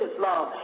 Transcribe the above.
Islam